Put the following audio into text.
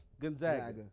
Gonzaga